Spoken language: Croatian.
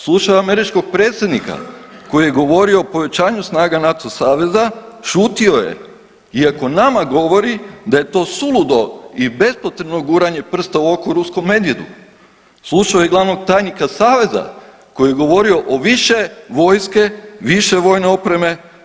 Slučaj američkog predsjednika koji je govorio o povećanju snaga NATO saveza šutio je iako nama govori da je to suludo i bespotrebno guranje prsta u oko ruskom medvjedu, slušao je glavnog tajnika saveza koji je govorio o više vojske, više vojne opreme.